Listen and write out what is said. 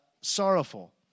sorrowful